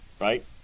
right